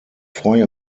freue